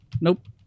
nope